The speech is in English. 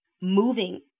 moving